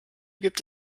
gibt